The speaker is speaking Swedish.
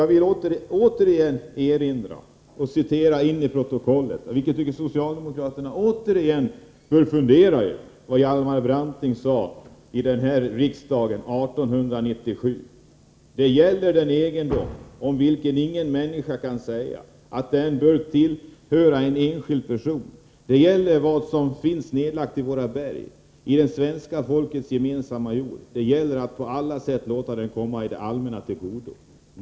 Jag vill återigen erinra om och föra till protokollet det som jag tycker att socialdemokraterna på nytt bör fundera över, nämligen vad Hjalmar Branting sade i riksdagen år 1897: Det gäller den egendom om vilken ingen människa kan säga att den bör tillhöra en enskild person. Det gäller vad som finns nedlagt i våra berg, i det svenska folkets gemensamma jord. Det gäller att på alla sätt låta den komma det allmänna till godo.